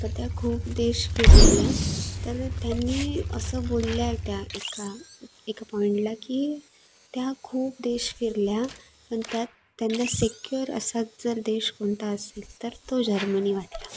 तर त्या खूप देश फिरलेल्या तर त्यांनी असं बोलल्या त्या एका एका पॉइंटला की त्या खूप देश फिरल्या पण त्यात त्यांना सेक्युर असा जर देश कोनता असेल तर तो जर्मनी वाटला